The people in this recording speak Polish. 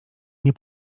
nie